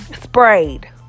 Sprayed